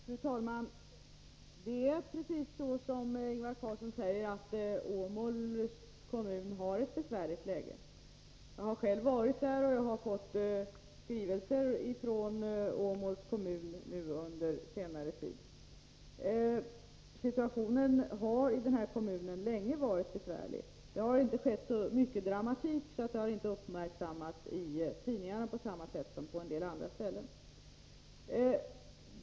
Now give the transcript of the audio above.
Fru talman! Det är precis så som Ingvar Karlsson i Bengtsfors säger, att Åmåls kommun har ett besvärligt läge. Jag har själv varit där, och jag har fått skrivelser från Åmåls kommun nu under senare tid. Situationen i den här kommunen har länge varit besvärlig. Det har inte förekommit så mycket dramatik, varför förhållandena inte uppmärksammats i tidningarna på samma sätt som på en del andra håll.